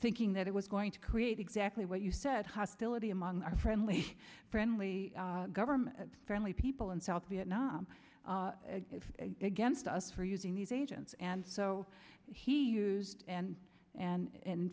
thinking that it was going to create exactly what you said hostility among our friendly friendly government friendly people in south vietnam against us for using these agents and so he used and and in